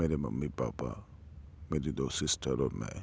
میرے mummy papa میری دو سسٹر اور میں